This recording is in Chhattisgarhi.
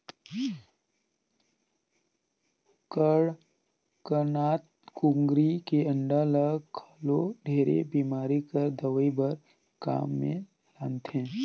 कड़कनाथ कुकरी के अंडा ल घलो ढेरे बेमारी कर दवई बर काम मे लानथे